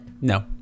No